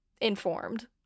informed